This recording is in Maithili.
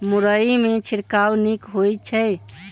मुरई मे छिड़काव नीक होइ छै?